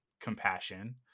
compassion